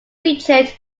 featured